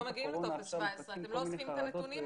מגיעים לטופס 17. אתם לא אוספים את הנתונים האלה.